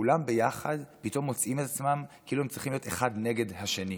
כולם ביחד פתאום מוצאים את עצמם כאילו הם צריכים להיות נגד אחד השני.